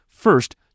First